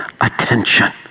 attention